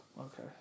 Okay